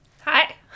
Hi